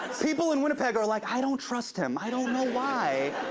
people in winnipeg are like, i don't trust him. i don't know why.